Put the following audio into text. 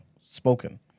spoken